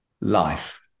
life